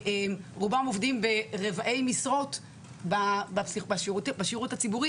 רובם עובדים ברבעי משרות בשירות הציבורי